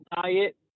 diet